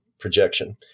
projection